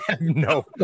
No